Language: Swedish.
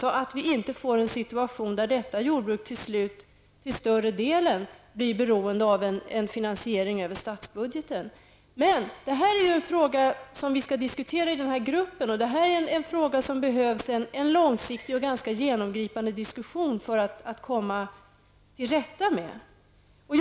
På så sätt kan vi slippa en situation där detta jordbruk till slut till större delen blir beroende av en finansiering över statsbudgeten. Det här är en fråga vi skall diskutera i den grupp som skall tillsättas, och det är en fråga som kräver en långsiktig och ganska genomgripande diskussion för att man skall komma till rätta med den.